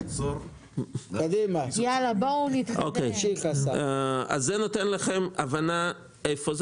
זה נותן לכם הבנה איפה.